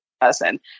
person